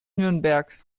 nürnberg